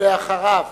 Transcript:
ואחריו,